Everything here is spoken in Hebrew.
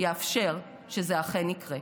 יאפשר שזה אכן יקרה.